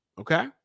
Okay